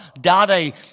Daddy